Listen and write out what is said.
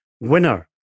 winner